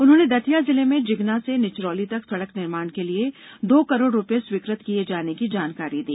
उन्होंने दतिया जिले में जिगना से निचरौली तक सड़क निर्माण के लिए दो करोड़ रूपये स्वीकृत किये जाने की जानकारी दी